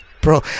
Bro